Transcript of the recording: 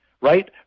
right